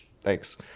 Thanks